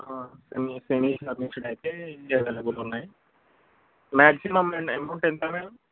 semi semi furnished అయితే available ఉన్నాయి maximum amount ఎంత మేడమ్